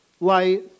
light